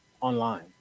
online